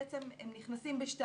בעצם הם נכנסים ב-2.